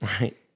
Right